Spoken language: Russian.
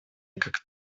как